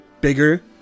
bigger